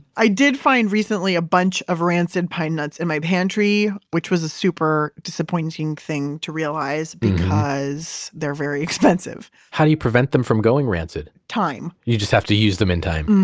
i did find recently a bunch of rancid pine nuts in my pantry which was a super disappointing thing to realize because they're very expensive how do you keep them from going rancid? time you just have to use them in time.